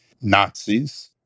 Nazis